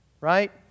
right